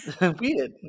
Weird